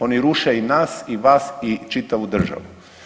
Oni ruše i nas i vas i čitavu državu.